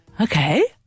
okay